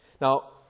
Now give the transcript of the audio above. Now